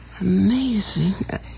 amazing